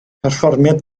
perfformiad